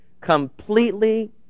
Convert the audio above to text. completely